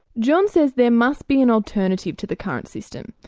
john says there must be an alternative to the current system.